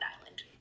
island